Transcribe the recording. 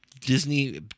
Disney